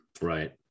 right